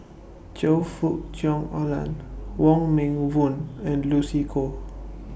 Choe Fook Cheong Alan Wong Meng Voon and Lucy Koh